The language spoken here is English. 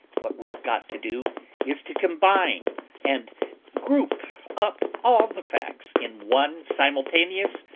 what vre've got to do is to combine and group up all the facts in one simultane ous,